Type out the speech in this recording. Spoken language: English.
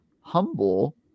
humble